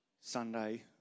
Sunday